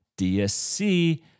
DSC